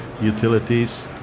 utilities